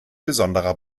besonderer